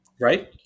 Right